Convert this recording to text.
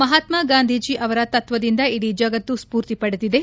ಮಹಾತ್ಮ ಗಾಂಧೀಜಿ ಅವರ ತತ್ವದಿಂದ ಇಡೀ ಜಗತ್ತು ಸ್ಪೂರ್ತಿ ಪಡೆದಿದೆ